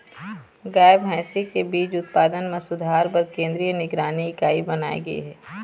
गाय, भइसी के बीज उत्पादन म सुधार बर केंद्रीय निगरानी इकाई बनाए गे हे